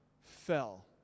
fell